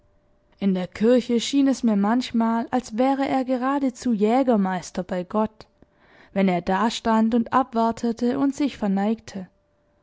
in der kirche schien es mir manchmal als wäre er geradezu jägermeister bei gott wenn er dastand und abwartete und sich verneigte